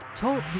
Talk